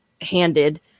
handed